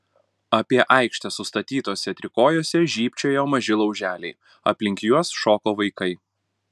apie aikštę sustatytuose trikojuose žybčiojo maži lauželiai aplink juos šoko vaikai